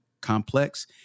complex